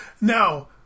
Now